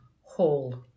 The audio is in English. Hall